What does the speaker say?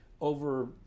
over